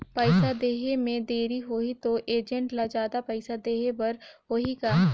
पइसा देहे मे देरी होही तो एजेंट ला जादा पइसा देही बर होही का?